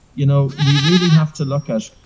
you know we really have to look at.